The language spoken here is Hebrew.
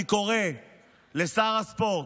אני קורא לשר הספורט,